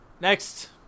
Next